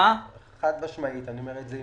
חד משמעית, אני אומר עם